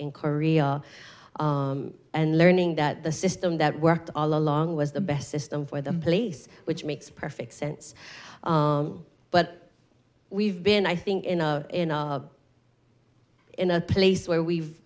in korea and learning that the system that worked all along was the best system for the place which makes perfect sense but we've been i think in a in a place where we've